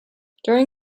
during